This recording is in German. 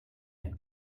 app